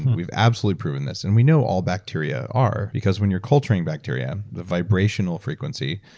we've absolutely proven this, and we know all bacteria are, because when you're culturing bacteria, the vibrational frequency,